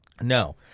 No